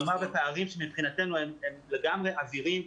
מדובר בפערים שמבחינתנו הם לגמרי עבירים,